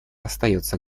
остается